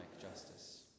justice